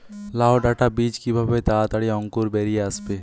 লাউ ডাটা বীজ কিভাবে তাড়াতাড়ি অঙ্কুর বেরিয়ে আসবে?